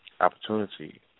opportunity